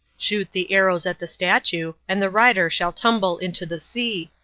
shoot the arrows at the statue, and the rider shall tumble into the sea,